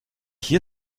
hier